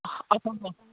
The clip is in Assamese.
হ'ব